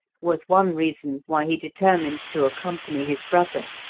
was one reason why he determined to accompany his brother,